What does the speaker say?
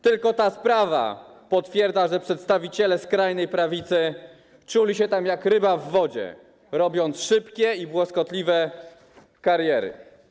Tylko ta sprawa potwierdza, że przedstawiciele skrajnej prawicy czuli się tam jak ryby w wodzie, robiąc szybkie i błyskotliwe kariery.